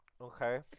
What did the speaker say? Okay